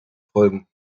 folgen